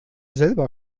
selber